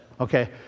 Okay